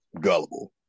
gullible